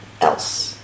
else